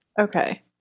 Okay